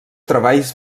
treballs